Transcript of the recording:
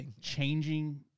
changing